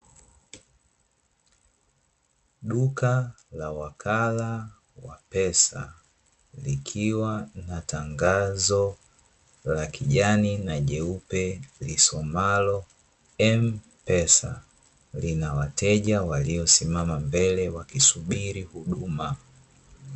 Duka la wakala wa pesa, likiwa na tangazo la kijani na jeupe lisomalo "M PESA", lina wateja waliosimama mbele wakisubiri huduma.